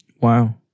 Wow